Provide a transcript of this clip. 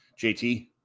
JT